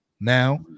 Now